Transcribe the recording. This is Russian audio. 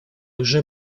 уже